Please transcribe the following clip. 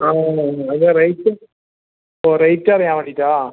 ആണല്ലേ അത് റേറ്റ് ഓ റേറ്റ് അറിയാൻ വേണ്ടിയിട്ടാണോ